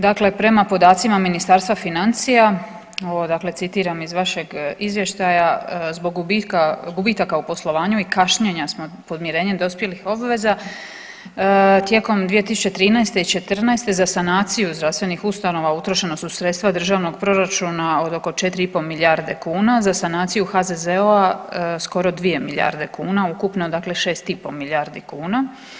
Dakle, prema podacima Ministarstva financija, ovo dakle citiram iz vašeg izvještaja zbog gubitaka u poslovanju i kašnjenja sa podmirenjem dospjelih obveza tijekom 2013. i 2014. za sanaciju zdravstvenih ustanova utrošena su sredstva državnog proračuna od oko 4 i pol milijarde kuna za sanaciju HZZO-a skoro 2 milijarde kuna ukupno, dakle 6 i pol milijardi kuna.